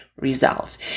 results